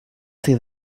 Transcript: see